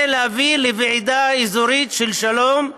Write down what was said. כדי להביא לוועידה אזורית של שלום,